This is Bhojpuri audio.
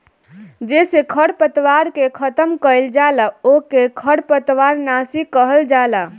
जेसे खरपतवार के खतम कइल जाला ओके खरपतवार नाशी कहल जाला